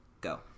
go